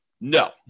No